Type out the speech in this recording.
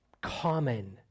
Common